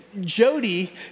Jody